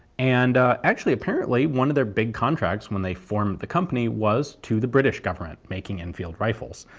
and actually apparently one of their big contracts when they formed the company was to the british government making enfield rifles.